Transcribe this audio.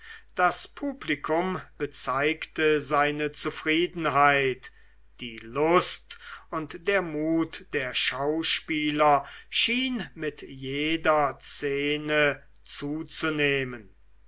das publikum bezeigte seine zufriedenheit die lust und der mut der schauspieler schien mit jeder szene zuzunehmen